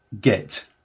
get